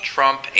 Trump